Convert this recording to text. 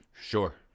Sure